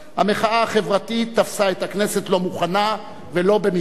המחאה החברתית תפסה את הכנסת לא מוכנה, ולא במקרה.